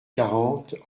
quarante